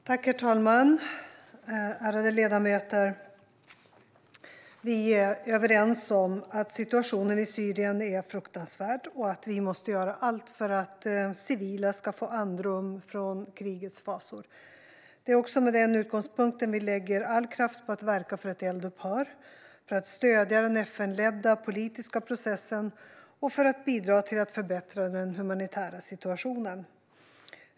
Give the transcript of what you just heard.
Svar på interpellationer Herr talman! Ärade ledamöter! Vi är överens om att situationen i Syrien är fruktansvärd och att vi måste göra allt för att civila ska få andrum från krigets fasor. Det är med den utgångspunkten som vi lägger all kraft på att verka för ett eldupphör, för att stödja den FN-ledda politiska processen och för att bidra till att förbättra den humanitära situationen.